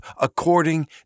according